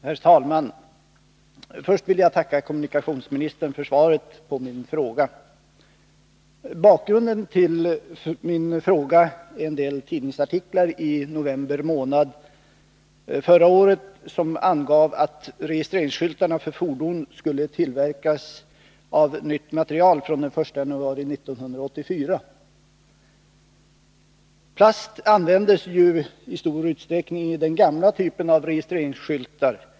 Herr talman! Först vill jag tacka kommunikationsministern för svaret på min interpellation. Bakgrunden till interpellationen är en del tidningsartiklar i november månad förra året som angav att registreringsskyltarna för fordon skulle tillverkas av nytt material från den 1 januari 1984. Plast användes i stor utsträckning i den gamla typen av registreringsskyltar.